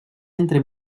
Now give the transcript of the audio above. entre